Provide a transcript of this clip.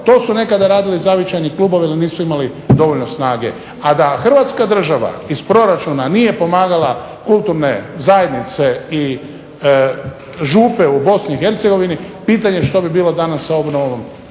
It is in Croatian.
to su nekada radili zavičajni klubovi da nisu imali dovoljno snage. A da hrvatska država iz proračuna nije pomagala kulturne zajednice i župe u Bosni i Hercegovini, pitanje što bi bilo danas sa obnovom